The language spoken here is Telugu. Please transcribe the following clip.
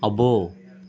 అబ్బో